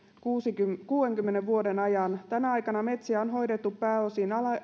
kuudenkymmenen vuoden ajan tänä aikana metsiä on hoidettu pääosin